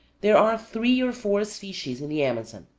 there are three or four species in the amazon.